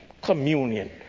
communion